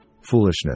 foolishness